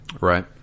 Right